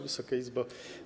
Wysoka Izbo!